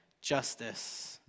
Justice